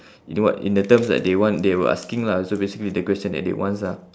you know what in the terms that they want they were asking lah so basically the question that they wants ah